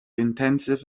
intensive